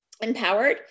empowered